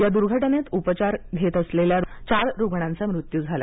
या दुर्घटनेत रुग्णालयात उपचार घेत असलेल्या चार रुग्णांचा मृत्यू झाला